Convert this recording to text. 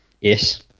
Yes